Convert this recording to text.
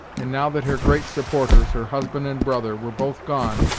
and now that her great supporters, her husband and brother, were both gone,